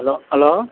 hello hello